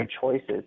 choices